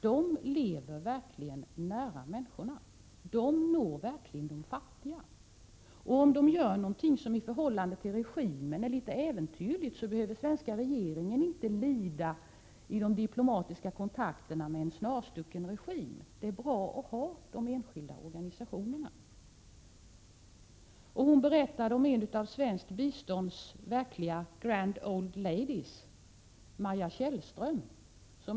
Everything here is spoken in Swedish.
De lever verkligen nära människorna och når de fattiga, och om de gör någonting som i förhållande till regimen är litet äventyrligt behöver den svenska regeringen inte lida i de diplomatiska kontakterna med en snarstucken regim. Det är bra att ha de enskilda organisationerna. Han berättade om en av svenskt bistånds verkliga grand old ladies: Maja Tjellström.